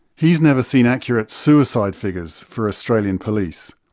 he's never seen accurate suicide figures for australian police,